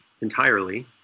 entirely